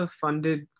funded